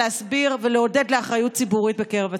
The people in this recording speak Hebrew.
להסביר ולעודד לאחריות ציבורית בקרב הציבור.